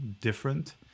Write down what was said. different